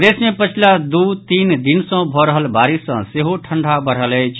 प्रदेश मे पछिला दू तीन दिन सॅ भऽ रहल बारिश सॅ सेहो ठंडा बढ़ल अछि